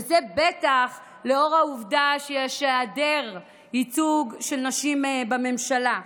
וזה בטח לאור העובדה שיש היעדר ייצוג של נשים בממשלה.